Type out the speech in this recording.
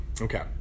Okay